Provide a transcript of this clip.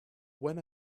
when